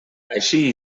així